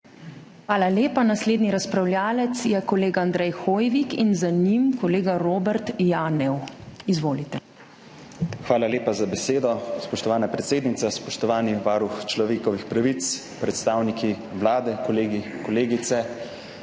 Hvala lepa. Naslednji razpravljavec je kolega Andrej Hoivik in za njim kolega Robert Janev. Izvolite. ANDREJ HOIVIK (PS SDS): Hvala lepa za besedo, spoštovana predsednica. Spoštovani varuh človekovih pravic, predstavniki Vlade, kolegi, kolegice!